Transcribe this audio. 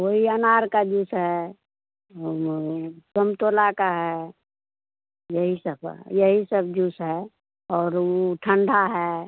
वही अनार का जूस है संतरा का है यही सब यही सब जूस है और ऊ ठंडा है